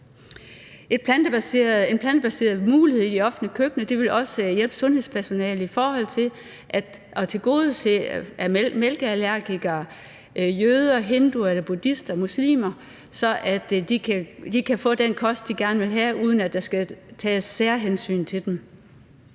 En plantebaseret mulighed i offentlige køkkener vil også hjælpe sundhedspersonalet i forhold til at tilgodese, at mælkeallergikere, jøder, hinduer, buddhister eller muslimer kan få den kost, de gerne vil have, uden at der skal tages særhensyn til dem.